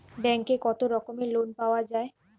ব্যাঙ্কে কত রকমের লোন পাওয়া য়ায়?